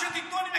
לא נכון.